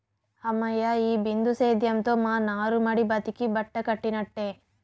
హమ్మయ్య, ఈ బిందు సేద్యంతో మా నారుమడి బతికి బట్టకట్టినట్టే